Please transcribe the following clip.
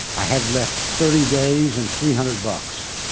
i had left thirty days and three hundred books.